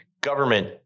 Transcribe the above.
government